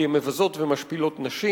כי הן מבזות ומשפילות נשים,